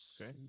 Okay